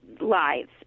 lives